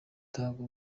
dutanga